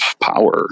power